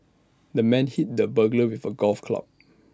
the man hit the burglar with A golf club